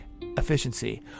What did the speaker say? efficiency